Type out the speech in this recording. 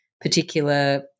particular